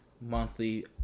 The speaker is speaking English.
monthly